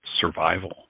survival